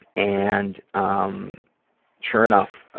and, um sure enough,